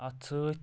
اَتھ سۭتۍ